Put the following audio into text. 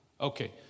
Okay